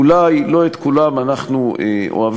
אולי לא את כולם אנחנו אוהבים,